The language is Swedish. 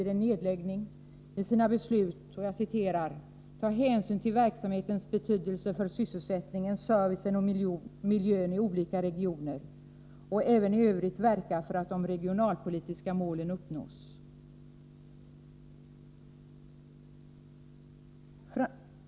vid en nedläggning i sina beslut ”ta hänsyn till verksamhetens betydelse för sysselsättningen, servicen och miljön i olika regioner och även i övrigt verka för att de regionalpolitiska målen uppnås”.